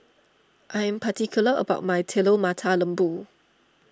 I am particular about my Telur Mata Lembu